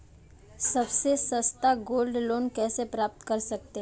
सबसे सस्ता gold loan कैसे प्राप्त कर सकते हैं?